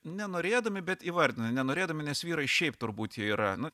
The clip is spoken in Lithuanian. nenorėdami bet įvardina nenorėdami nes vyrai šiaip turbūt jie yra na